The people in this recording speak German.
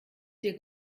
dir